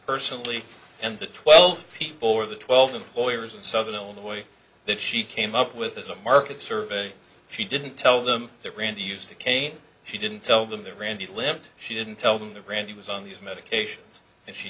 personally and the twelve people or the twelve employers in southern illinois that she came up with as a market survey she didn't tell them that randi used a cane she didn't tell them that randi lived she didn't tell them that randi was on these medications and she